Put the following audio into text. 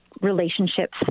relationships